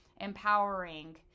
empowering